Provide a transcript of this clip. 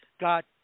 got